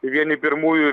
vieni pirmųjų